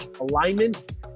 alignment